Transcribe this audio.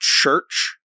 church